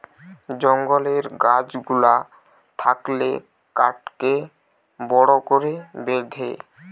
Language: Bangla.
জঙ্গলের গাছ গুলা থাকলে কাঠকে বড় করে বেঁধে